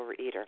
overeater